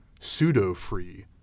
pseudo-free